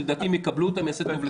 ולדעתי אם יקבלו אותן זה יעשה טוב לכולם.